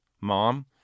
Mom